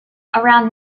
around